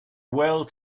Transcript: well